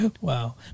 Wow